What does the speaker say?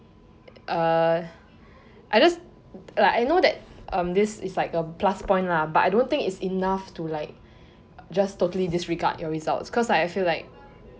err I just like I know that um this is like a plus point lah but I don't think is enough to like just totally disregard your results because like I feel like